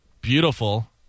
beautiful